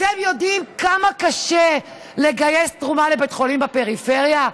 אתם יודעים כמה קשה לגייס תרומה לבית חולים בפריפריה?